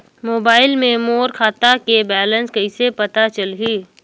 Mobile मे मोर खाता के बैलेंस कइसे पता चलही?